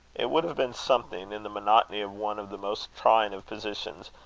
it would have been something, in the monotony of one of the most trying of positions,